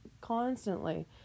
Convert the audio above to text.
constantly